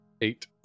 Eight